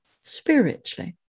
spiritually